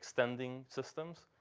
extending systems,